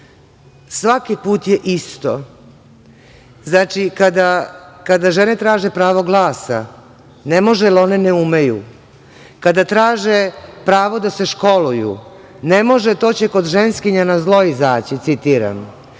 put je isto. Znači, kada žene traže pravo glasa, ne može, jer one ne umeju. Kada traže pravo da se školuju, ne može, to će kod ženskinja na zlo izaći, citiram.